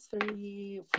three